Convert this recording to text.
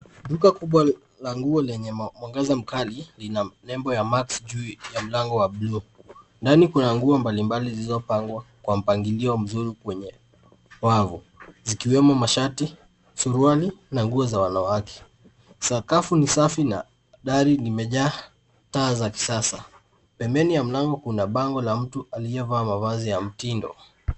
Duka kubwa la nguo lenye mwangaza mkali, lina nembo ya max juu ya mlango wa blue . Ndani kuna nguo mbalimbali zilizopangwa kwa mpangilio mzuri kwenye wavu, zikiwemo mashati, suruali, na nguo za wanawake. Sakafu ni safi na dari limejaa taa za kisasa. Pembeni mwa mlango kuna bango la mtu aliyevaa mavazi ya mtindo.